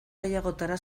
gehiagotara